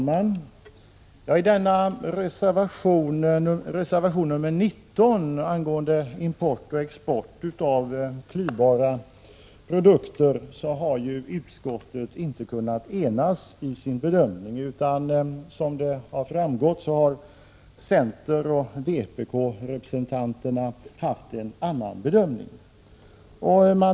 Herr talman! I frågan om import och export av klyvbara produkter, som berörs i reservation 19, har utskottet inte kunnat enas i sin bedömning. Som framgår har centernoch vpk-represenanterna gjort en annan bedömning än majoriteten.